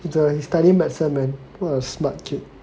你懂 he studying medicine man what a smart kid